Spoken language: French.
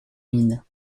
mines